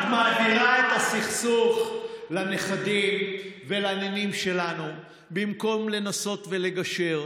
את מעבירה את הסכסוך לנכדים ולנינים שלנו במקום לנסות ולגשר,